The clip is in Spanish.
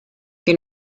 que